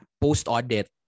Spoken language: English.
post-audit